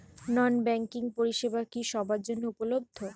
নন banking পরিষেবা কি সবার জন্য উপলব্ধ?